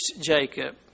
Jacob